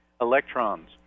Electrons